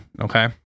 Okay